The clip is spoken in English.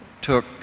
took